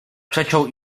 przeciął